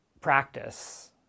Practice